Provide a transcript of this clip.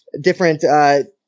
different